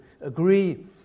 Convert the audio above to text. agree